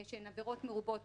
שהן עבירות מרובות,